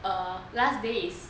err last day is